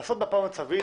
לעשות מפה מצבית,